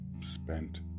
spent